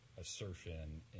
assertion